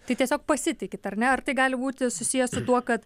tai tiesiog pasitikit ar ne ar tai gali būti susiję su tuo kad